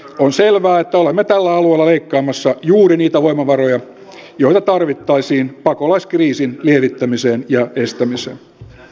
on selvää että olemme tällä alueella leikkaamassa juuri niitä voimavaroja joita tarvittaisiin pakolaiskriisin lievittämiseen ja estämiseen